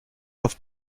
auf